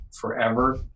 forever